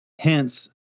hence